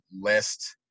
list